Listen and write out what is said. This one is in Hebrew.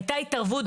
הייתה התערבות,